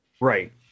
Right